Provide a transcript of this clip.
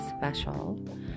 special